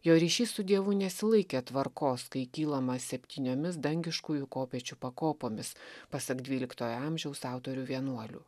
jo ryšys su dievu nesilaikė tvarkos kai kylama septyniomis dangiškųjų kopėčių pakopomis pasak dvyliktojo amžiaus autorių vienuolių